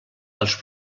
dels